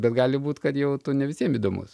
bet gali būt kad jau tu ne visiem įdomus